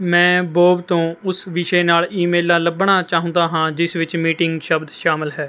ਮੈਂ ਬੌਬ ਤੋਂ ਉਸ ਵਿਸ਼ੇ ਨਾਲ ਈਮੇਲਾਂ ਲੱਭਣਾ ਚਾਹੁੰਦਾ ਹਾਂ ਜਿਸ ਵਿੱਚ ਮੀਟਿੰਗ ਸ਼ਬਦ ਸ਼ਾਮਲ ਹੈ